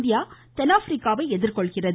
India தென்னாப்பிரிக்காவை எதிர்கொள்கிறது